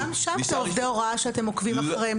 אבל גם שם אלה עובדי הוראה שאתם עוקבים אחריהם.